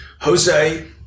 Jose